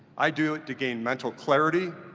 i do it to gain mental clarity,